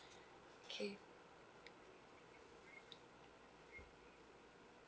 okay